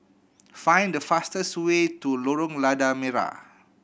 find the fastest way to Lorong Lada Merah